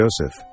Joseph